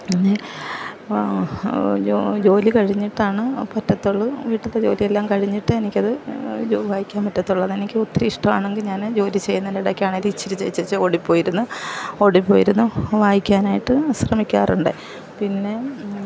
പിന്നെ ജോലി കഴിഞ്ഞിട്ടാണ് പറ്റത്തുള്ളൂ വീട്ടിലത്തെ ജോലിയെല്ലാം കഴിഞ്ഞിട്ട് എനിക്ക് അത് ജോ വായിക്കാൻ പറ്റത്തുള്ളൂ അത് എനിക്ക് ഒത്തിരി ഇഷ്ടമാണെങ്കിൽ ഞാൻ ജോലി ചെയ്യുന്നതിന് ഇടക്കാണെങ്കിലും ഇച്ചിരി ചെയ്ച്ചേച് ഓടിപ്പോയി ഇരുന്ന് ഓടി പ്പോയി ഇരുന്ന് വായിക്കാനായിട്ട് ശ്രമിക്കാറുണ്ട് പിന്നെ